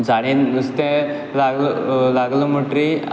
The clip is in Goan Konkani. जाडयेन नुस्तें लागलां म्हुणटरीर